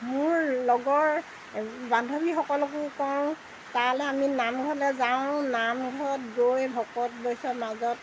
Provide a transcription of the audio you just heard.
মোৰ লগৰ বান্ধৱীসকলকো কওঁ তালৈ আমি নামঘৰলৈ যাওঁ নামঘৰত গৈ ভকত বৈষ্ণৱৰ মাজত